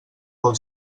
vol